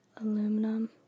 Aluminum